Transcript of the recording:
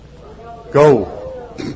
Go